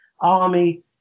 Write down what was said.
army